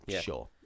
Sure